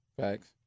Facts